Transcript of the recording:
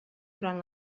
durant